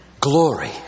Glory